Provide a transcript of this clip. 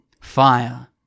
Fire